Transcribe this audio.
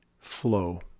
Flow